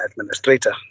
administrator